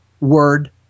word